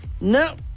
No